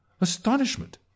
astonishment